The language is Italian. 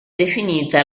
definita